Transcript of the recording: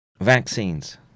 vaccines